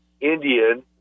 Indian